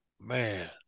man